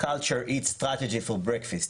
culture eats strategy for breakfast.